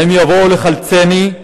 האם יבואו לחלצני?